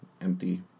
empty